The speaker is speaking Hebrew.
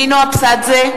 (קוראת בשמות חברי הכנסת) נינו אבסדזה,